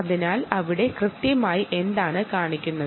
അതിനാൽ അവിടെ കൃത്യമായി എന്താണ് കാണിക്കുന്നത്